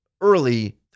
early